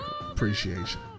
appreciation